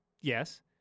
yes